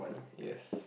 yes